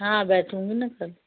हाँ बैठूँगी ना कल